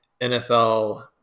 NFL